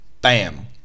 bam